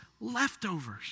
leftovers